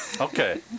Okay